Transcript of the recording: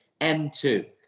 M2